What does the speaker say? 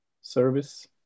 service